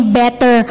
better